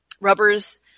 rubbers